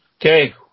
Okay